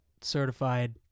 Certified